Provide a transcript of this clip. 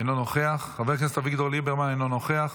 אינו נוכח, חבר הכנסת אביגדור ליברמן, אינו נוכח.